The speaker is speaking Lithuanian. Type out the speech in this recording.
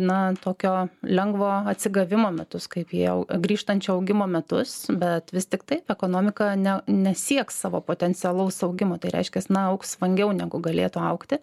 na tokio lengvo atsigavimo metus kaip jau grįžtančio augimo metus bet vis tiktai ekonomika ne nesieks savo potencialaus augimo tai reiškias na augs vangiau negu galėtų augti